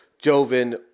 Joven